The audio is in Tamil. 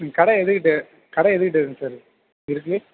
உங்கள் கடை எதுக்கிட்டே கடை எதுக்கிட்டேங்க சார் இருக் இருக்குது